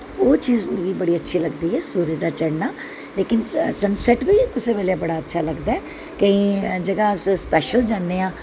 ओह् चीज मिगी बड़ी अच्छी लगदी ऐ सूरज दा चढ़ना लेकिन सनसैट बी कुसै बेल्लै बड़ा अच्छा लगदा ऐ केईं जगह अस स्पैशल जन्ने आं